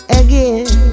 again